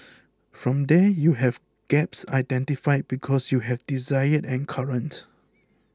from there you have gaps identified because you have desired and current